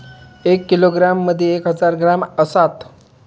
एक किलोग्रॅम मदि एक हजार ग्रॅम असात